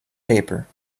paper